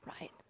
right